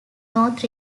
north